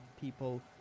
people